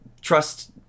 trust